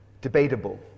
debatable